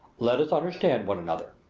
let us understand one another.